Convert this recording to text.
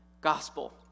gospel